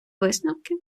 висновки